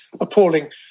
appalling